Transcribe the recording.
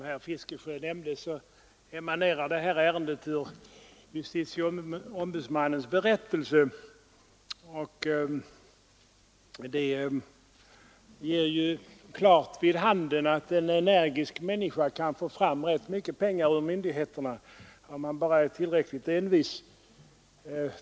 Herr talman! Det här ärendet — emanerar från justitieombudsmannens berättelse — ger klart vid handen att en energisk människa kan få fram rätt mycket pengar från myndigheterna; det gäller bara att vara tillräckligt envis.